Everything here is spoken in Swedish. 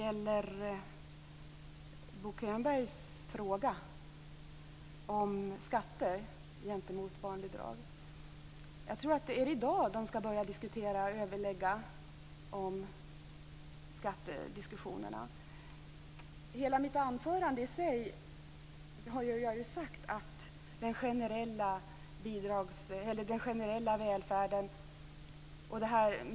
Bo Könberg frågade om skatter gentemot barnbidrag. Det är i dag man skall börja överlägga om skatter. I mitt anförande har jag utvecklat hur vi ser på den generella välfärden och skatter.